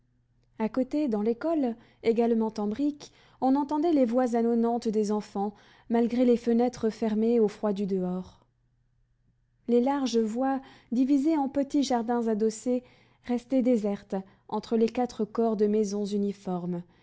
a côté dans l'école également en briques on entendait les voix ânonnantes des enfants malgré les fenêtres fermées au froid du dehors les larges voies divisées en petits jardins adossés restaient désertes entre les quatre grands corps de maisons uniformes